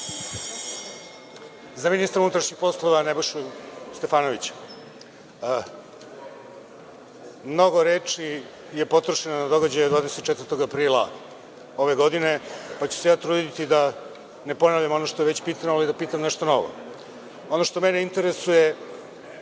za ministra unutrašnjih poslova Nebojšu Stefanovića. Mnogo reči je potrošeno na događaj, od 4. aprila ove godine, pa ću se ja truditi da ne ponavljam ono što je već pitano, već da pitam nešto novo. Ono što mene interesuje